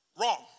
Wrong